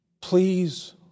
Please